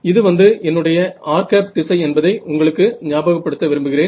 இது வந்து என்னுடைய r திசை என்பதை உங்களுக்கு ஞாபகப்படுத்த விரும்புகிறேன்